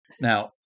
Now